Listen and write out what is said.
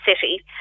city